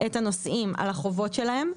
אחת היא ליידע את הנוסעים על החובות שלהם.